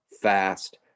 fast